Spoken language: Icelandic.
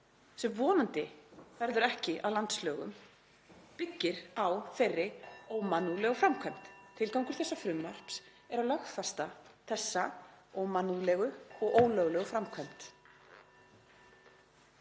sem vonandi verður ekki að landslögum, byggir á þeirri ómannúðlegu framkvæmd. (Forseti hringir.) Tilgangur þessa frumvarps er að lögfesta þessa ómannúðlegu og ólöglegu framkvæmd.